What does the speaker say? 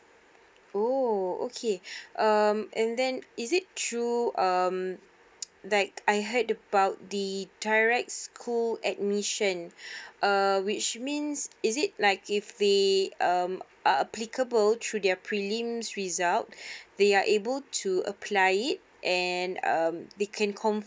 oh okay um and then is it true um like I heard about the direct school admission uh which means is it like if they um are applicable through their prelims result they are able to apply it and um they can